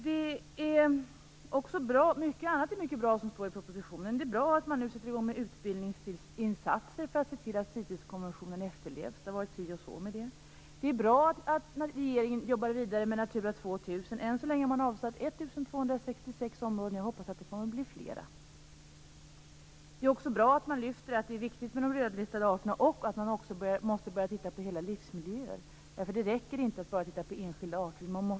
Det finns också mycket annat av det som står i propositionen som är bra. Det är bra att man nu sätter i gång med utbildningsinsatser för att se till att CITES-förordningen efterlevs. Det har varit si och så med det. Det är bra att regeringen jobbar vidare med Natura 2000. Än så länge har man avsatt 1 266 områden. Jag hoppas att det kommer att bli flera. Det är också bra att man lyfter fram att det är viktigt med de rödlistade arterna och att man också måste börja titta på hela livsmiljöer. Det räcker inte att bara titta på enskilda arter.